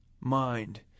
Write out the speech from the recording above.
mind